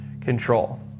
control